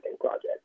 project